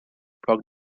block